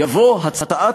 יבוא "הצעת